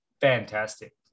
fantastic